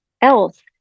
else